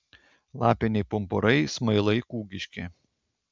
lapiniai pumpurai smailai kūgiški